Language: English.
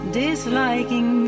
disliking